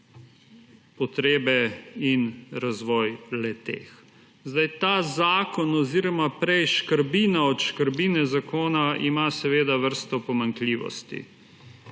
potrebe in razvoj le-teh. Ta zakon oziroma prej škrbina od škrbine zakona ima seveda vrsto pomanjkljivosti.